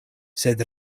sed